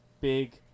big